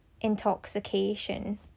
intoxication